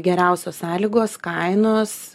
geriausios sąlygos kainos